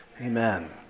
Amen